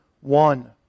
one